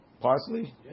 parsley